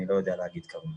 אני לא יודע להגיד כרגע.